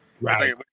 Right